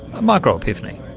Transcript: a micro-epiphany.